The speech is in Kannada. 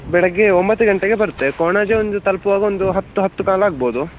ಬೆಳಗ್ಗೆ ಒಂಬತ್ತು ಗಂಟೆಗೆ ಬರುತ್ತೆ ಕೊಣಾಜೆ ಬಂದು ತಲುಪುವಾಗ ಒಂದು ಹತ್ತು ಹತ್ತು ಕಾಲು ಆಗ್ಬೋದು